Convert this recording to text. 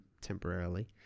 temporarily